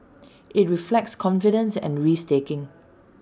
IT reflects confidence and risk taking